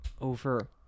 over